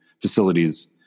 facilities